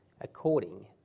according